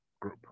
group